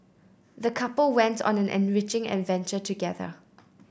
the couple went on an enriching adventure together